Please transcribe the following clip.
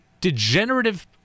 degenerative